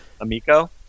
Amico